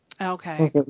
Okay